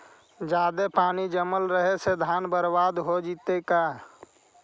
जादे पानी जमल रहे से धान बर्बाद हो जितै का?